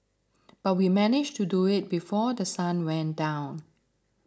but we managed to do it before The Sun went down